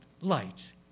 light